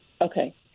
Okay